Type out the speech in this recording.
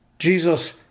Jesus